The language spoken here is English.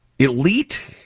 Elite